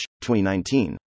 2019